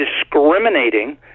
discriminating